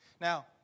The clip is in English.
Now